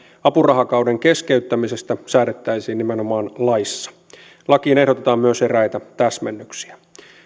apurahakauden keskeyttämisestä säädettäisiin nimenomaan laissa lakiin ehdotetaan myös eräitä täsmennyksiä